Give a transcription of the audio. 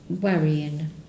worrying